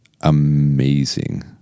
amazing